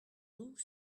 nous